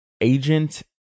agent